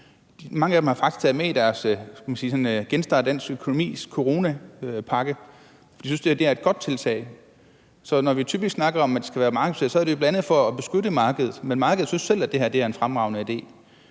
Mange af dem har faktisk taget det med i deres genstart dansk økonomi-coronapakke. De synes, det her er et godt tiltag. Så typisk når vi snakker om, at det skal være markedsbaseret, er det jo bl.a. for at beskytte markedet, men markedet synes selv, det her er en fremragende idé.